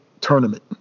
tournament